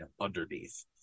underneath